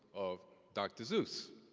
of dr. seuss.